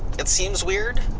it seems weird.